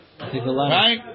right